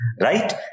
right